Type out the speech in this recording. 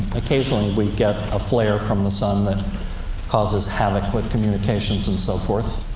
occasionally, we get a flare from the sun that causes havoc with communications and so forth,